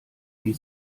die